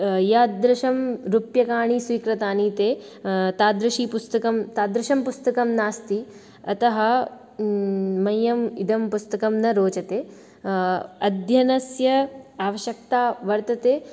यादृशं रूप्यकाणि स्वीकृतानि ते तादृशं पुस्तकं तादृशं पुस्तकं नास्ति अतः मह्यम् इदं पुस्तकं न रोचते अध्ययनस्य आवश्यकता वर्तते